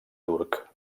turc